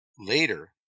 Later